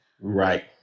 Right